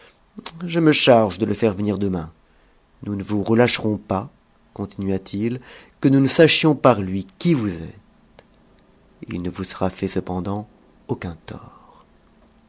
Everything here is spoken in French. je me charge de le faire venir j jjjjjt nous ne vous relâcherons pas coniinua t it que nous ne sachions par lui qui vous êtes il ne vous sera fait cependant aucun tort